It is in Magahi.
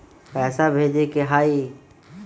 पैसा भेजे के हाइ?